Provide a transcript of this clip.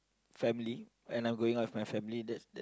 family when I'm going out with my family that's that's